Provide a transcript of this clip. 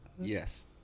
yes